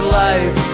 life